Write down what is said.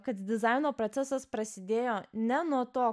kad dizaino procesas prasidėjo ne nuo to